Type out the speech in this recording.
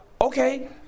okay